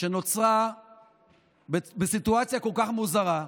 שנוצרה בסיטואציה כל כך מוזרה,